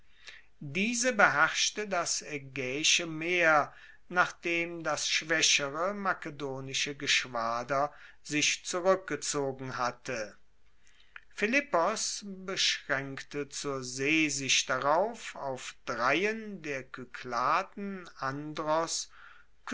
diese beherrschte das aegaeische meer nachdem das schwaechere makedonische geschwader sich zurueckgezogen hatte philippos beschraenkte zur see sich darauf auf dreien der kykladen andros